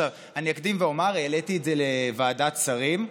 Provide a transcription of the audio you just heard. אני אקדים ואומר שהעליתי את זה לוועדת שרים.